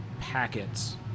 packets